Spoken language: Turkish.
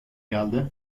geldi